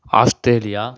Australia